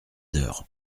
heures